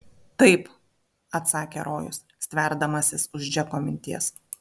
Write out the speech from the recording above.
taip atsakė rojus stverdamasis už džeko minties